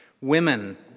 Women